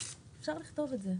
אפשר לכתוב את זה.